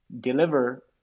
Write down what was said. Deliver